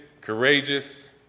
courageous